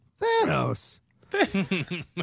Thanos